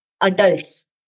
adults